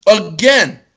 Again